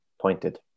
pointed